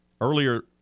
Earlier